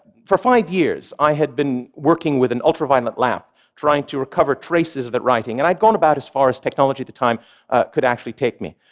for five years, i had been working with an ultraviolet lamp trying to recover traces of the writing and i'd gone about as far as technology at the time could actually take me.